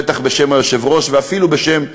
בטח בשם היושב-ראש,